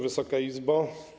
Wysoka Izbo!